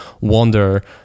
wonder